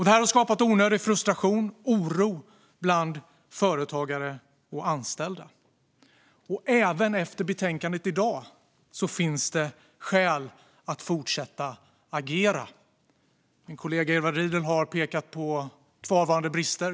Detta har skapat onödig frustration och oro bland företagare och anställda. Även efter dagens betänkande finns det skäl att fortsätta att agera. Min kollega Edward Riedl har pekat på kvarvarande brister.